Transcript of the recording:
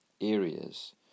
areas